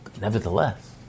Nevertheless